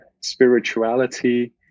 spirituality